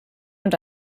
und